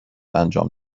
انجام